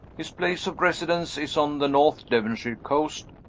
his place of residence is on the north devonshire coast,